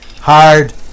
hard